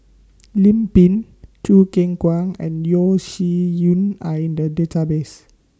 Lim Pin Choo Keng Kwang and Yeo Shih Yun Are in The Database